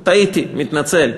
טעיתי, מתנצל.